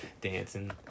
dancing